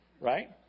right